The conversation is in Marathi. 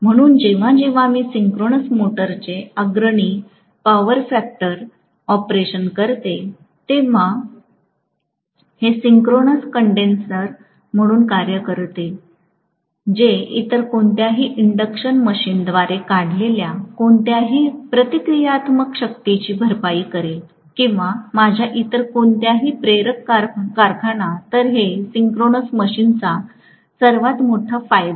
म्हणून जेव्हा जेव्हा मी सिंक्रोनस मोटरचे अग्रणी पॉवर फॅक्टर ऑपरेशन करते तेव्हा हे सिंक्रोनस कंडेन्सर म्हणून कार्य करू शकते जे इतर कोणत्याही इंडक्शन मशीनद्वारे काढलेल्या कोणत्याही प्रतिक्रियात्मक शक्तीची भरपाई करेल किंवा माझ्या इतर कोणत्याही प्रेरक कारखाना तर हे सिंक्रोनस मशीनचा सर्वात मोठा फायदा आहे